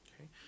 okay